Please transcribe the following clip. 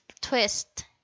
twist